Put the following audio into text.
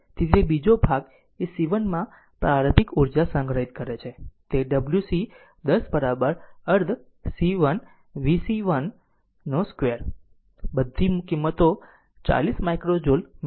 તેથી તે બીજો ભાગ એ c 1 માં પ્રારંભિક ઊર્જા સંગ્રહિત છે તે w c 1 0 અર્ધ c 1 v c 1 0 2 છે મૂકો બધી કિંમતો 40 માઇક્રો જુલ મેળવશે